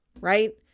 right